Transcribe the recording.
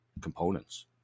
components